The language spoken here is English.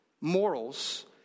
morals